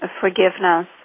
forgiveness